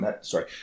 Sorry